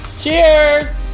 Cheers